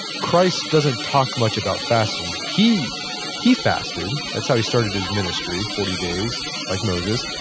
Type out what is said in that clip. christ doesn't talk much about fasting. he he fasted. that's how he started his ministry, forty days, like moses.